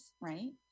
right